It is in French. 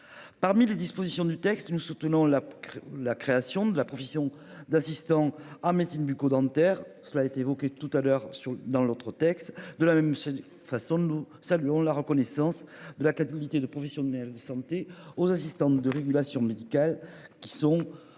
Parmi les dispositions du texte. Nous soutenons la. La création de la provision d'assistant à Messine bucco-dentaire, cela a été évoqué tout à l'heure sur dans l'autre texte de la même façon. Nous saluons la reconnaissance de la captivité de professionnels de santé aux assistants de régulation médicale qui sont